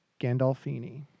Gandolfini